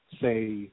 say